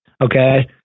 Okay